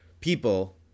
people